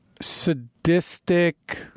Sadistic